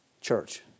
church